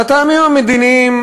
על הטעמים המדיניים,